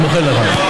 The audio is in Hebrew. אני מוחל לך.